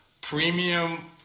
premium